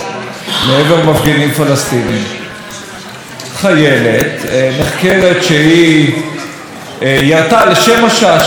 חיילת נחקרת שהיא ירתה לשם השעשוע כדורי ספוג לעבר פלסטיני,